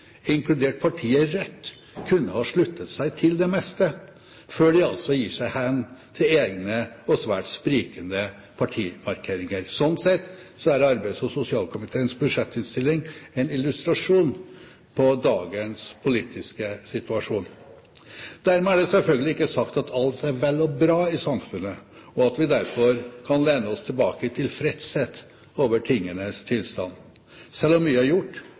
inkludert partiet Rødt, kunne ha sluttet seg til det meste, før de altså gir seg hen til egne og svært sprikende partimarkeringer. Sånn sett er arbeids- og sosialkomiteens budsjettinnstilling en illustrasjon på dagens politiske situasjon. Dermed er det selvfølgelig ikke sagt at alt er vel og bra i samfunnet, og at vi derfor kan lene oss tilbake i tilfredshet over tingenes tilstand. Selv om mye er gjort,